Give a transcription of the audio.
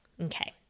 Okay